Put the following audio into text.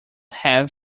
have